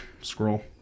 scroll